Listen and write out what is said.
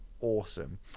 awesome